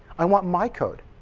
i want my code.